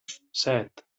set